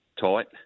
tight